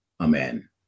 Amen